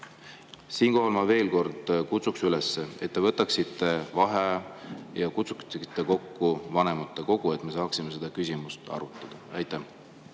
Siinkohal ma veel kord kutsun üles, et te võtaksite vaheaja ja kutsuksite kokku vanematekogu, et me saaksime seda küsimust arutada. Aitäh,